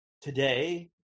today